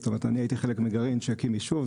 זאת אומרת, אני הייתי חלק מגרעין שהקים יישוב.